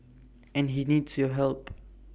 and he needs your help